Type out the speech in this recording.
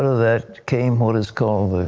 that came what is called,